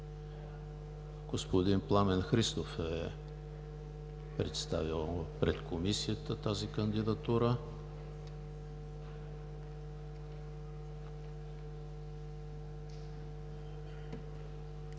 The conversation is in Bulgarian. Господин Пламен Христов е представил пред Комисията тази кандидатура.